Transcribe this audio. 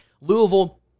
Louisville